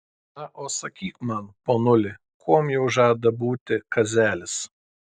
na o sakyk man ponuli kuom jau žada būti kazelis